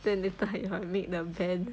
then later if I make the van